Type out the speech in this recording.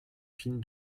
fine